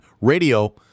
Radio